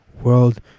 world